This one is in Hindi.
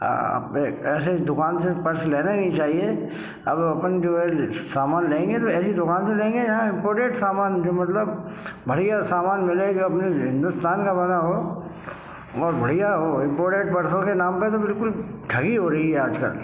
आप एक ऐसे दुकान से पर्स लेना ही नहीं चाहिए अब अपन जो है सामान लेंगे तो ऐसी दुकान से लेंगे जहाँ इम्पोर्टेड सामान दे मतलब बढ़िया सामान मिलेगा अपने हिंदुस्तान का बना हो और बढ़िया हो इम्पोर्टेड पर्सों के नाम पर तो बिल्कुल ठगी हो रही है आजकल